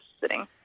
sitting